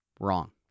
Wrong